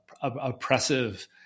oppressive